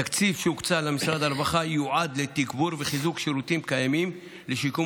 התקציב שהוקצה למשרד הרווחה יועד לתגבור וחיזוק שירותים קיימים לשיקום